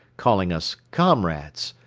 calling us comrades,